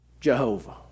Jehovah